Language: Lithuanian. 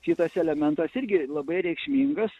kitas elementas irgi labai reikšmingas